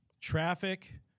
Traffic